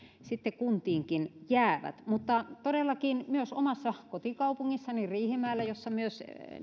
sitten kuntiinkin jäävät mutta todellakin myös omassa kotikaupungissani riihimäellä missä myös